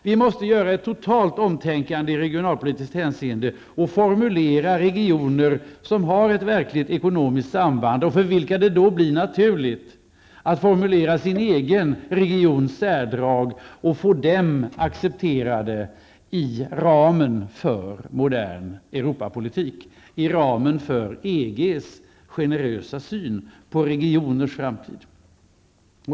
Vi måste radikalt tänka om i regionalpolitiskt hänseende och skapa regioner som har ett verkligt ekonomiskt samband och för vilka det då blir naturligt att formulera sin egen regions särdrag och få dem accepterade inom ramen för modern Europapolitik, inom ramen för EGs generösa syn på regioners framtid.